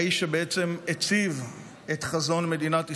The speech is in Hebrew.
האיש שבעצם הציב את חזון מדינת ישראל,